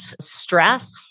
stress